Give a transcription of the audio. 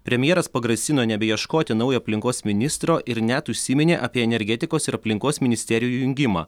premjeras pagrasino nebeieškoti naujo aplinkos ministro ir net užsiminė apie energetikos ir aplinkos ministerijų jungimą